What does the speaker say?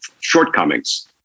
shortcomings